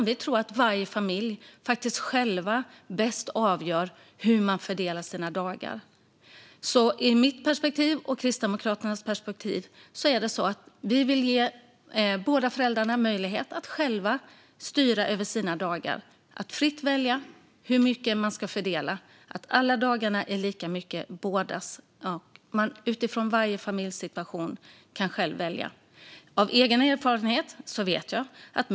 Vi tror att varje familj själv bäst avgör hur dagarna ska fördelas. Från min och Kristdemokraternas sida vill vi alltså ge båda föräldrarna möjlighet att själva styra över sina dagar - att fritt välja hur de ska fördelas. Alla dagarna ska alltså vara lika mycket bådas, och varje familj kan själv välja utifrån sin egen situation. Jag har egen erfarenhet av detta.